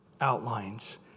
outlines